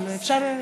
אפשר?